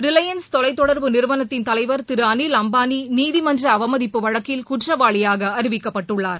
Reliance தொலைத்தொடர்பு நிறுவனத்தின் தலைவர் திரு அனில் அம்பாளி நீதிமன்ற அவமதிப்பு வழக்கில் குற்றவாளியாக அறிவிக்கப்பட்டுள்ளார்